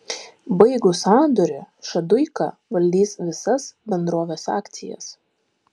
baigus sandorį šaduika valdys visas bendrovės akcijas